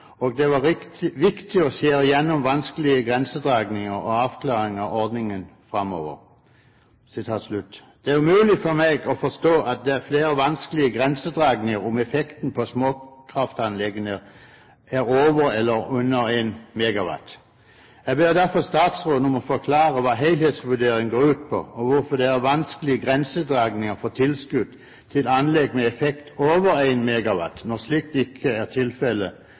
og det var viktig å skjære gjennom vanskelige grensedragninger og avklare ordningen framover.» Det er umulig for meg å forstå at det er flere vanskelige grensedragninger om hvorvidt effekten på småkraftanleggene er over 1 MW eller om de er under. Jeg ber derfor statsråden om å forklare hva helhetsvurderingen går ut på, og hvorfor det er vanskelige grensedragninger for tilskudd til anlegg med effekt over 1 MW, når slikt ikke er tilfellet